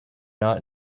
not